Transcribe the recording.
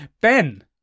Ben